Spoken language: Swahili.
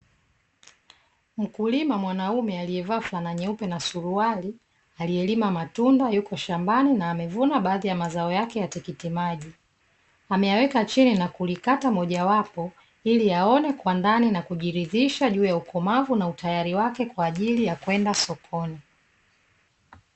Mkulima mwanaume alievaa fulana nyeupe na suruali, aliyelima matunda; yupo shambani na amevuna baadhi ya mazao yake ya tikiti maji, ameyaweka chini na kulikata mojawapo, ili aone kwa ndani na kujiridhisha aone ukomavu na utayari wake, kwa ajili ya kwenda sokoni.